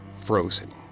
frozen